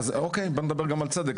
אוקיי, בוא נדבר גם על צדק.